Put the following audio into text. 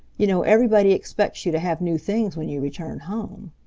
you know everybody expects you to have new things when you return home.